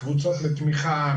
זה קבוצות לתמיכה,